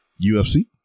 UFC